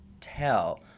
tell